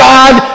God